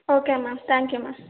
okay ma'am thank you ma'am